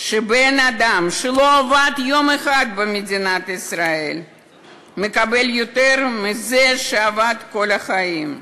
שבן-אדם שלא עבד יום אחד במדינת ישראל מקבל יותר מזה שעבד כל החיים.